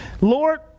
Lord